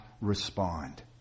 respond